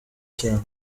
cyane